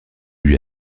lui